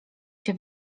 się